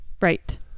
Right